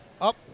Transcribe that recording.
Up